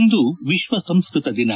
ಇಂದು ವಿಶ್ವ ಸಂಸ್ನತ ದಿನ